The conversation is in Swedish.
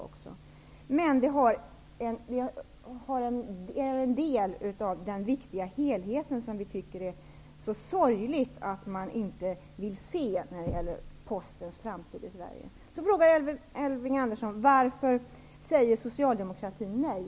Det är en del av den viktiga helhet som vi tycker att det är så sorgligt att ni inte vill se när det gäller Postens framtid i Elving Andersson frågar vidare: Varför säger Socialdemokraterna nej?